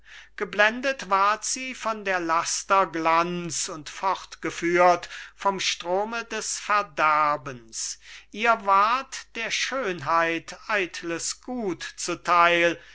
geblendet ward sie von der laster glanz und fortgeführt vom strome des verderbens ihr ward der schönheit eitles gut zuteil